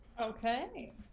okay